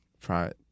Pride